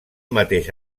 mateix